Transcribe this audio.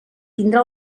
tindrà